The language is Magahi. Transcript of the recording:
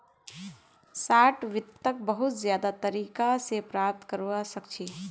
शार्ट वित्तक बहुत ज्यादा तरीका स प्राप्त करवा सख छी